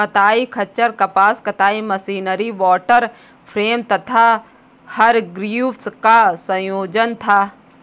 कताई खच्चर कपास कताई मशीनरी वॉटर फ्रेम तथा हरग्रीव्स का संयोजन था